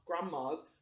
grandmas